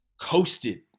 coasted